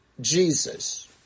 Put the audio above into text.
Jesus